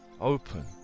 open